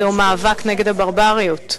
זהו מאבק נגד הברבריות,